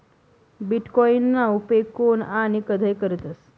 बीटकॉईनना उपेग कोन आणि कधय करतस